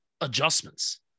adjustments